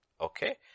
Okay